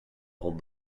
hold